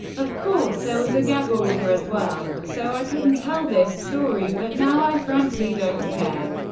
of course there was a gag order as well, so i couldn't tell this story, but now i frankly don't care.